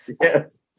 yes